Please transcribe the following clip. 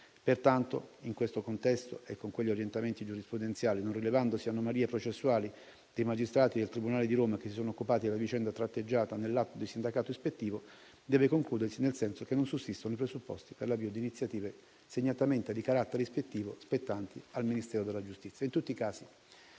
Pertanto, in questo contesto e con quegli orientamenti giurisprudenziali, non rilevandosi anomalie processuali dei magistrati del tribunale di Roma che si sono occupati della vicenda tratteggiata nell'atto di sindacato ispettivo, deve concludersi nel senso che non sussistono i presupposti per l'avvio di iniziative segnatamente di carattere ispettivo spettanti al Ministero della giustizia.